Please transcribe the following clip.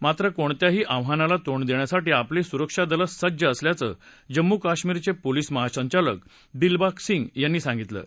मात्र कोणत्याही आव्हानाला तोंड देण्यासाठी आपली सुरक्षा दल सज्ज असल्याचं जम्मू कश्मीरचे पोलीस महासंचालक दिलबाग सिंग यांनी सांगितलं आहे